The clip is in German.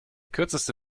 kürzeste